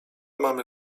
mamy